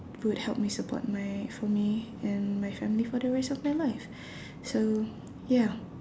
would help me support my for me and my family for the rest of my life so ya